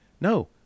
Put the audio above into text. No